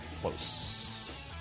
Close